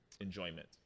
enjoyment